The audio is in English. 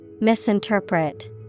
Misinterpret